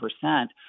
percent